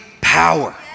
power